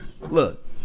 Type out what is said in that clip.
look